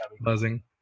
buzzing